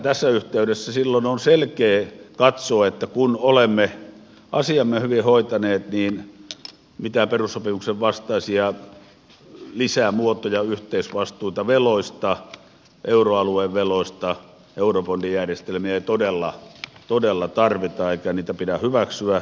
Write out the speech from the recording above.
tässä yhteydessä silloin on selkeä katsoa että kun olemme asiamme hyvin hoitaneet niin mitään perussopimuksen vastaisia lisämuotoja yhteisvastuita euroalueen veloista eurobondijärjestelmiä ei todella tarvita eikä niitä pidä hyväksyä